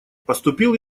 поступил